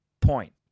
point